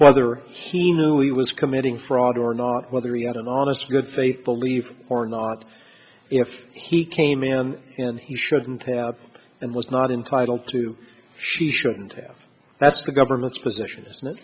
whether sr who he was committing fraud or not whether he had an honest good faith belief or not if he came in and he shouldn't have and was not entitled to she shouldn't have that's the government's position